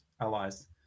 Allies